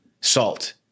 salt